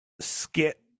skit